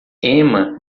emma